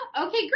Okay